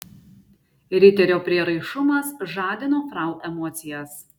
riterio prieraišumas žadino frau emocijas